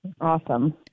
Awesome